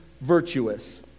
virtuous